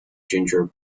ginger